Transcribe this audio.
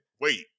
Wait